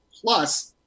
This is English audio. Plus